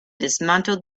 dismantled